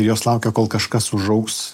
jos laukia kol kažkas užaugs